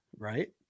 Right